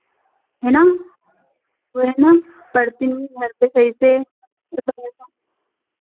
है ना वह है ना पढ़ती नहीं है घर पर सही से